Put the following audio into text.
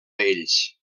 ells